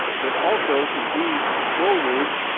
but also to be forward